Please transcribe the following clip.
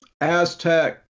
Aztec